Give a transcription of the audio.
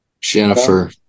Jennifer